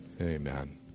Amen